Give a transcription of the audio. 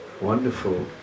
wonderful